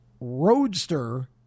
roadster